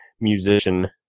musician